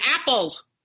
apples